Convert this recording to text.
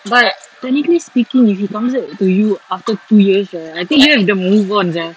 but technically speaking if he comes back to you after two years right I think you would have moved on sia